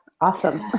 awesome